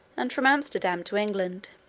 and from amsterdam to england.